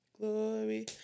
glory